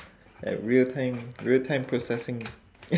at real time real time processing